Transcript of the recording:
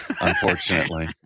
Unfortunately